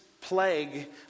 plague